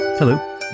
Hello